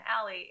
alley